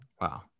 Wow